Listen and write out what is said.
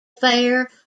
fair